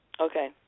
Okay